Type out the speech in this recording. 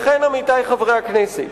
לכן, עמיתי חברי הכנסת,